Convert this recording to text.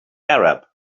arab